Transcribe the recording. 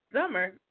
summer